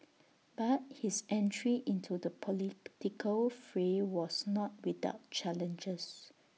but his entry into the political fray was not without challenges